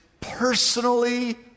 personally